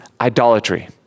idolatry